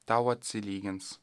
tau atsilygins